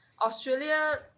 Australia